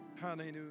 hallelujah